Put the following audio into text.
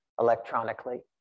electronically